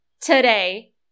today